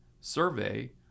survey